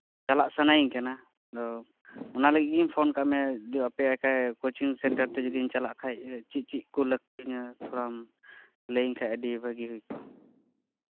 ᱪᱟᱞᱟᱜ ᱥᱟᱱᱟᱧ ᱠᱟᱱᱟ ᱟᱫᱚ ᱚᱱᱟ ᱞᱟᱹᱜᱤᱫ ᱜᱤᱧ ᱯᱷᱳᱱ ᱠᱟᱜ ᱢᱮᱭᱟ ᱫᱤᱭᱮ ᱟᱯᱮᱭᱟᱜ ᱠᱳᱪᱤᱝ ᱥᱮᱱᱴᱟᱨ ᱛᱮ ᱡᱚᱫᱤᱧ ᱪᱟᱞᱟᱜ ᱠᱷᱟᱱ ᱪᱮᱫ ᱪᱮᱫ ᱠᱚ ᱞᱟᱜᱟᱜ ᱛᱤᱧᱟ ᱯᱷᱚᱨᱢ ᱞᱟᱹᱭ ᱤᱧ ᱠᱷᱟᱡ ᱟᱹᱰᱤ ᱵᱷᱟᱜᱤ ᱦᱩᱭ ᱠᱚᱜᱼᱟ